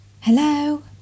Hello